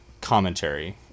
commentary